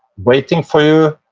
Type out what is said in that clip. waiting for you,